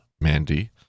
Mandy